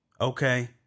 Okay